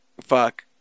fuck